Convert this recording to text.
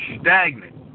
stagnant